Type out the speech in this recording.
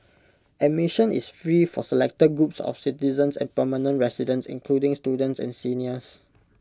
admission is free for selected groups of citizens and permanent residents including students and seniors